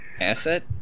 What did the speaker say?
asset